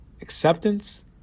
acceptance